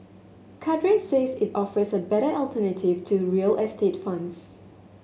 Cadre says it offers a better alternative to real estate funds